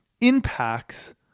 impacts